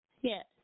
Yes